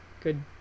Good